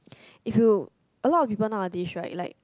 if you a lot of people nowadays right like